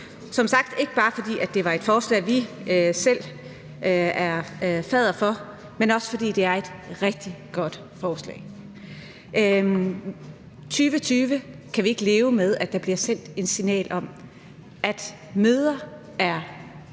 som sagt ikke bare, fordi det er et forslag, vi selv er fadder til, men også fordi det er et rigtig godt forslag. I 2020 kan vi ikke leve med, at der bliver sendt et signal om, at mødre er